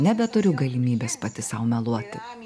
nebeturiu galimybės pati sau mečuoti